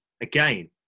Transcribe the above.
again